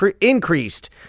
increased